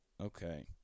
Okay